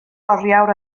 oriawr